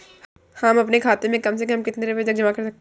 हम अपने खाते में कम से कम कितने रुपये तक जमा कर सकते हैं?